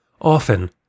Often